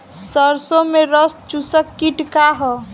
सरसो में रस चुसक किट का ह?